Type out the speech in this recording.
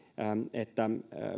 että